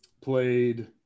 played